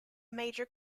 major